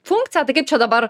funkciją tai kaip čia dabar